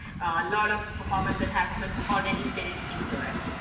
a lot of performance enhancements already built into it.